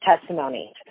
testimony